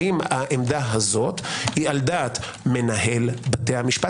האם העמדה הזו היא על דעת מנהל בתי המשפט